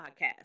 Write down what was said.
podcast